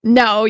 no